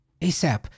ASAP